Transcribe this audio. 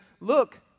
look